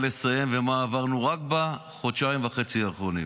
לסיים ומה עברנו רק בחודשיים וחצי האחרונים.